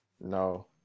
No